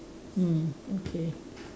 mm okay